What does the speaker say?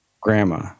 grandma